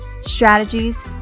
strategies